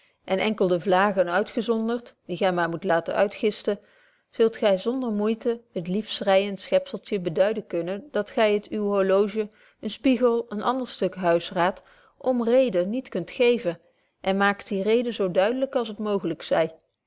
en enkelde vlagen uitgezonderd die gy maar moet laten uitgisten zult gy zonder moeite het lief schreijend schepzeltje beduibetje wolff proeve over de opvoeding den kunnen dat gy het uw horloge een spiegel een ander stuk huisraad om reden niet kunt geven en maakt die rede zo duidelyk als het mooglyk